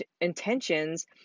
intentions